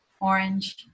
Orange